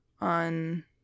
on